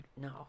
No